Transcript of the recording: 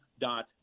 dot